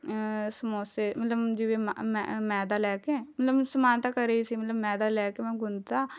ਸਮੋਸੇ ਮਤਲਬ ਜਿਵੇਂ ਮੈਂ ਮੈਂ ਮੈਦਾ ਲੈ ਕੇ ਮਤਲਬ ਸਮਾਨ ਤਾਂ ਘਰ ਹੀ ਸੀ ਮਤਲਬ ਮੈਦਾ ਲੈ ਕੇ ਮੈਂ ਗੁੰਨ ਤਾ